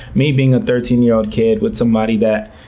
me being a thirteen year old kid with somebody that,